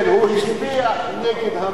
הוא הצביע נגד הממשל הצבאי,